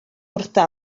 wrtho